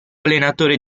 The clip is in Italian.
allenatore